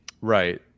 Right